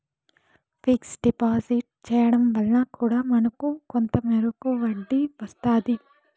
fixed deposit చేయడం వల్ల కూడా మనకు కొంత మేరకు వడ్డీ వస్తాది